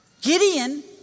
Gideon